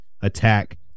Attack